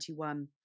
2021